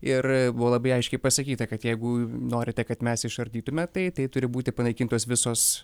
ir buvo labai aiškiai pasakyta kad jeigu norite kad mes išardytumėme tai turi būti panaikintos visos